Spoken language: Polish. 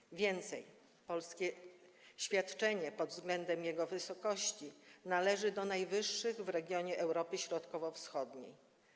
Powiem więcej: polskie świadczenie pod względem jego wysokości należy do najwyższych w regionie Europy Środkowo-Wschodniej.